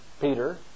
Peter